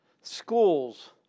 schools